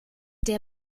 der